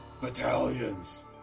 battalions